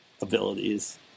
abilities